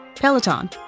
Peloton